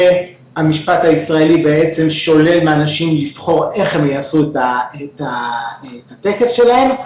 והמשפט הישראלי בעצם שולל מאנשים לבחור איך הם יעשו את הטקס שלהם.